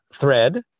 Thread